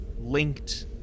linked